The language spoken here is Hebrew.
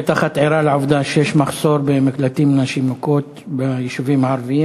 בטח את ערה לעובדה שיש מחסור במקלטים לנשים מוכות ביישובים הערביים.